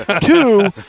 two